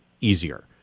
easier